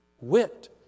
Wit